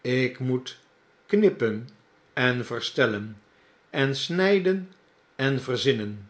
ik moet knippen en verstellen en snyden en verzinnen